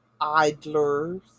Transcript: Idlers